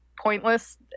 pointless